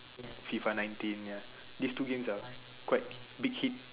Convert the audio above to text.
F_I_F_A nineteen ya these two games are quite big hit